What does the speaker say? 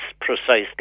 precisely